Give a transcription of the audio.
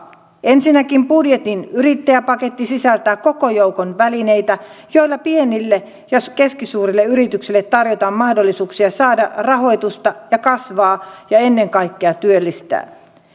ensinnäkin budjetin yrittäjäpaketti sisältää koko joukon välineitä joilla pienille ja keskisuurille yrityksille tarjotaan mahdollisuuksia saada rahoitusta ja kasvaa ja ennen kaikkea työllistää